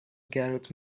gareth